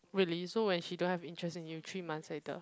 really so when she don't have interest in you three months later